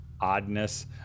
oddness